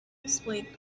displayed